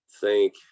thank